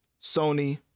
sony